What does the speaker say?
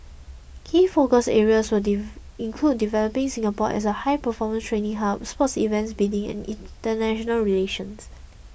key focus areas will include developing Singapore as a high performance training hub sports events bidding and international relations